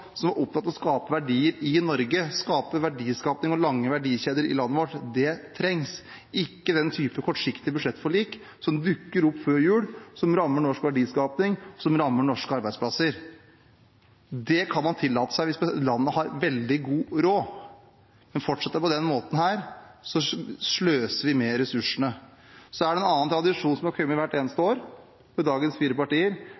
som var opptatt av å skape verdier i Norge – verdiskaping og lange verdikjeder i landet vårt. Det trengs – ikke den typen kortsiktige budsjettforlik som dukker opp før jul, som rammer norsk verdiskaping, som rammer norske arbeidsplasser. Det kan man tillate seg hvis landet har veldig god råd, men fortsetter det på denne måten, sløser vi med ressursene. Så er det en annen tradisjon som har kommet hvert eneste